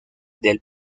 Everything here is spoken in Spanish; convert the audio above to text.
del